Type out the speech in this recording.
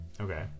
okay